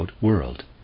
world